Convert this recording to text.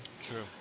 True